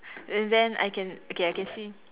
err then I can okay I can see